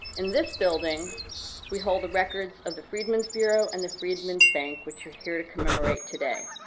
in this building we hold the records of the freedmen's bureau and the freedman's bank which you're here to commemorate today.